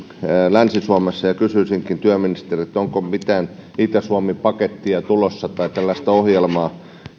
länsi suomessa ja kysyisinkin työministeriltä onko tulossa mitään itä suomi pakettia tai tällaista ohjelmaa